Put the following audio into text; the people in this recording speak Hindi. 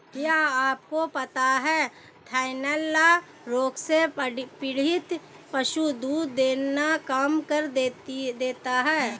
क्या आपको पता है थनैला रोग से पीड़ित पशु दूध देना कम कर देता है?